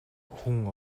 хүн